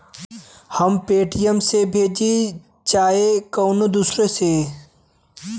हम पेटीएम से भेजीं चाहे कउनो दूसरे से